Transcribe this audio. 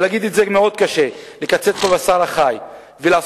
ונגיד את זה מאוד קשה: נקצץ בבשר החי ונעשה